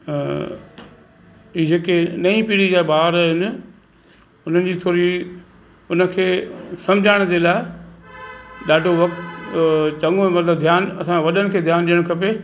ही जेके नई पीढ़ी जा ॿार आहिनि उन्हनि जी थोरी उनखे सम्झाइण जे लाइ ॾाढो वक़्ति चङो मतिलबु ध्यानु असां वॾनि खे ध्यानु ॾियणु खपे